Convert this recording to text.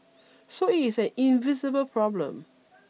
so it is an invisible problem